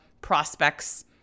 prospects